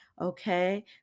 Okay